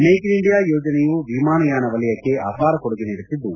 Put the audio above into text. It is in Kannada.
ಮೇಕ್ ಇನ್ ಇಂಡಿಯಾ ಯೋಜನೆಯು ವಿಮಾನಯಾನ ವಲಯಕ್ಕೆ ಅಪಾರ ಕೊಡುಗೆ ನೀಡುತ್ತಿದ್ದು